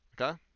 Okay